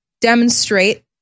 demonstrate